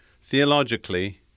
theologically